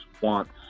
wants